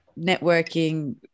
networking